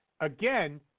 Again